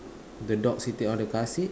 the dog sitting on the car seat